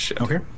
Okay